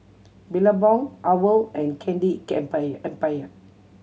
Billabong owl and Candy Empire